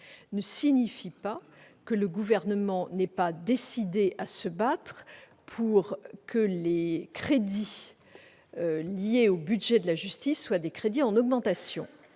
ne signifie pas que le Gouvernement n'est pas décidé à se battre pour que les crédits du budget de la justice soient en augmentation.